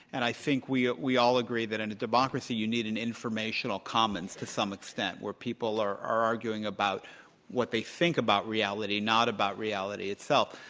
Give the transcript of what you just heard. and i think we ah we all agree that in a democracy, you need an informational common to some extent, where people are are arguing about what they think about reality, not about reality itself.